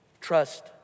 Trust